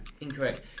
Incorrect